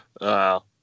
Wow